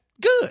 good